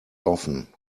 often